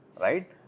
right